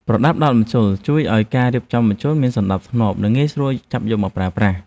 ប្រដាប់ដោតម្ជុល ជួយឱ្យការរៀបចំម្ជុលមានសណ្ដាប់ធ្នាប់ និងងាយស្រួលចាប់យកមកប្រើប្រាស់។